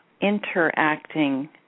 interacting